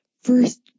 first